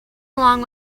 along